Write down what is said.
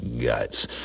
guts